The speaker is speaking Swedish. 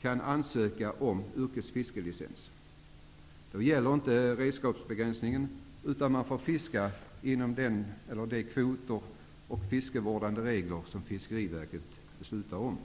kan ansöka om yrkesfiskelicens. Då gäller inte redskapsbegränsningen, utan man får fiska inom de kvoter och inom ramen för de fiskevårdande regler som Fiskeriverket fattar beslut om.